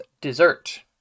Dessert